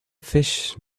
fish